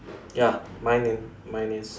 ya mine i~ mine is